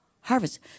harvest